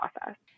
process